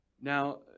Now